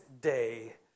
day